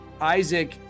Isaac